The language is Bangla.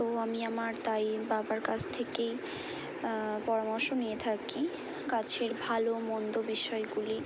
তো আমি আমার তাই বাবার কাছ থেকেই পরামর্শ নিয়ে থাকি গাছের ভালো মন্দ বিষয়গুলি